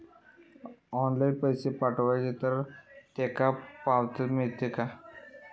Online पैसे पाठवचे तर तेका पावतत मा?